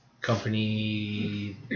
company